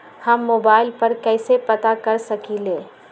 हम मोबाइल पर कईसे पता कर सकींले?